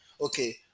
okay